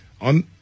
on